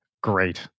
great